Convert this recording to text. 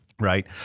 right